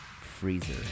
Freezer